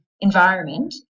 environment